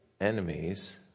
enemies